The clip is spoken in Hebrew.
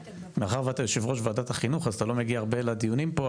מאחר שאתה יו"ר ועדת החינוך אתה לא מגיע הרבה לדיונים פה,